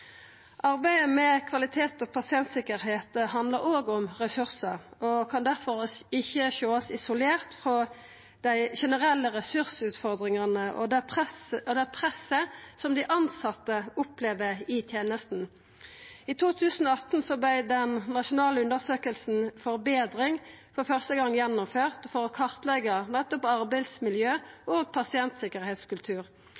Arbeidet med kvalitet og pasientsikkerheit handlar òg om ressursar og kan difor ikkje sjåast isolert frå dei generelle ressursutfordringane og presset dei tilsette opplever i tenesta. I 2018 vart den nasjonale undersøkinga ForBedring for første gong gjennomført for å kartleggja nettopp